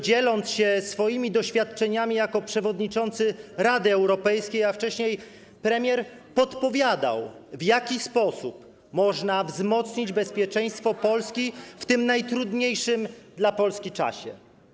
dzieląc się swoimi doświadczeniami jako przewodniczący Rady Europejskiej, a wcześniej premier, podpowiadał, w jaki sposób można wzmocnić bezpieczeństwo Polski w tym najtrudniejszym dla Polski czasie.